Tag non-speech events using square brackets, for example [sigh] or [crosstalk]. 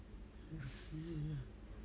[noise]